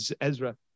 Ezra